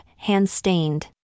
hand-stained